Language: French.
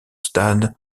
stades